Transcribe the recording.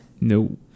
no